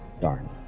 Darn